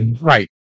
Right